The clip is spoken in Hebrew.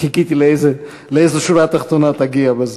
חיכיתי לשורה התחתונה שתגיע בסוף.